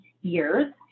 years